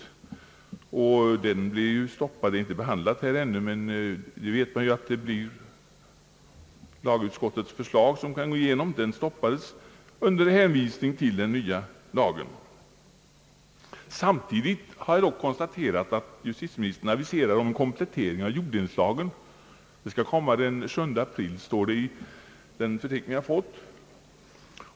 Motionen blev stoppad under hänvisning till skuggan av den nya lagen. Ärendet är inte behandlat i kamrarna ännu, men man vet ju att det bara är lagutskottets förslag som kan gå igenom. Samtidigt har jag dock konstaterat att justitieministern aviserar en komplettering av jorddelningslagen — den skall komma den 7 april enligt den förteckning vi fått.